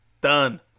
Done